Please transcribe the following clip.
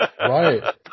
Right